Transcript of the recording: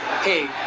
Hey